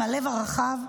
עם הלב הרחב,